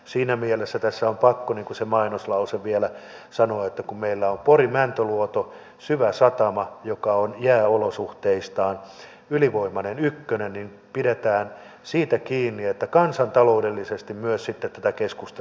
siinä mielessä tässä on pakko se mainoslause vielä sanoa että kun meillä on porin mäntyluoto syväsatama joka on jääolosuhteissaan ylivoimainen ykkönen niin pidetään siitä kiinni että kansantaloudellisesti myös sitten tätä keskustelua käydään